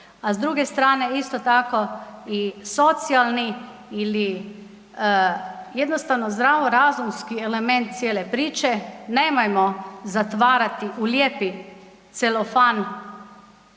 A s druge strane isto tako i socijalni ili jednostavno zdravorazumski element cijele priče, nemojmo zatvarati u lijepi celofan